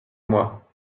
moi